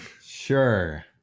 Sure